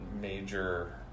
major